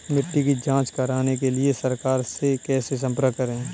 मिट्टी की जांच कराने के लिए सरकार से कैसे संपर्क करें?